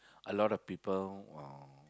a lot of people uh